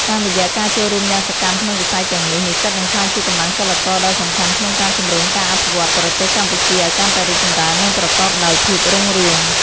តាមរយៈការចូលរួមយ៉ាងសកម្មក្នុងវិស័យទាំងនេះ និស្សិតនឹងក្លាយជាកម្លាំងចលករដ៏សំខាន់ក្នុងការជំរុញការអភិវឌ្ឍន៍ប្រទេសកម្ពុជាឲ្យកាន់តែរីកចម្រើន និងប្រកបដោយភាពរុងរឿង។